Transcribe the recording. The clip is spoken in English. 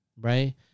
right